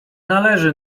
należy